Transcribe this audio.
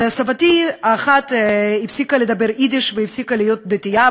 סבתי האחת הפסיקה לדבר יידיש והפסיקה להיות דתייה,